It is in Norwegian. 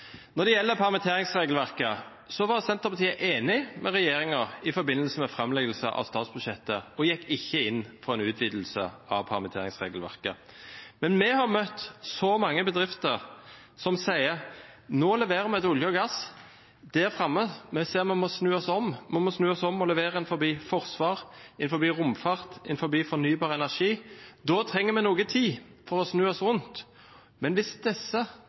Når det gjelder permitteringsregelverket, var Senterpartiet enig med regjeringen i forbindelse med framleggelse av statsbudsjettet og gikk ikke inn for en utvidelse av permitteringsregelverket. Men vi har møtt så mange bedrifter som sier at de nå leverer til olje og gass, de ser at de – der framme – må snu seg rundt, de må snu seg rundt og levere innen forsvar, innen romfart, innen fornybar energi. Da trenger de noe tid for å snu seg rundt. Men hvis